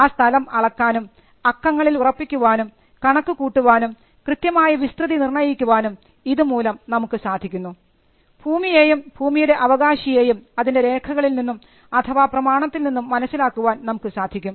ആ സ്ഥലം അളക്കാനും അക്കങ്ങളിൽ ഉറപ്പിക്കുവാനും കണക്ക് കൂട്ടുവാനും കൃത്യമായ വിസ്തൃതി നിർണയിക്കുവാനും ഇതുമൂലം നമുക്ക് സാധിക്കുന്നു ഭൂമിയേയും ഭൂമിയുടെ അവകാശിയെയും അതിൻറെ രേഖകളിൽ നിന്നും അഥവാ പ്രമാണത്തിൽ നിന്നും മനസ്സിലാക്കുവാൻ നമുക്ക് സാധിക്കും